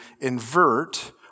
invert